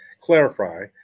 clarify